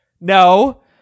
No